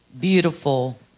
beautiful